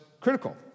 critical